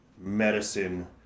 medicine